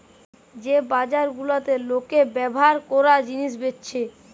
যে বাজার গুলাতে লোকে ব্যভার কোরা জিনিস বেচছে